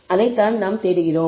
அதைத்தான் நீங்கள் தேடுகிறீர்கள்